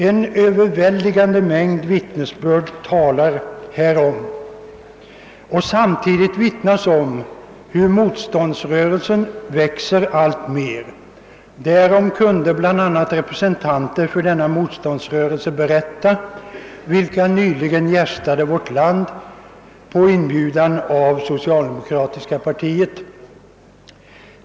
En överväldigande mängd vittnesbörd talar härom. Samtidigt vittnas om hur motståndsrörelsen alltmera växer. Därom kunde bl.a. representanter för denna motståndsrörelse berätta, vilka nyligen gästade vårt land på inbjudan av det socialdemokratiska partiet.